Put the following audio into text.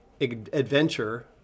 adventure